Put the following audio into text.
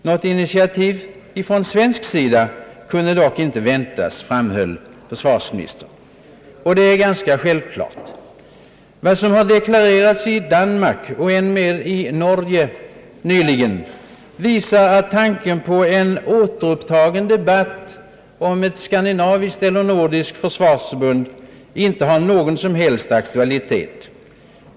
Något initiativ från svensk sida kunde dock icke väntas, framhöll försvarsministern — och det är ganska självklart. Vad som har deklarerats i Danmark och ännu mer i Norge nyligen visar att tanken på en återupptagen debatt om ett nordiskt eller skandinaviskt försvarsförbund inte har någon som helst aktualitet.